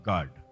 God